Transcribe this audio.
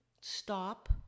stop